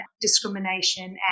discrimination